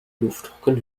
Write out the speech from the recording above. luftdruck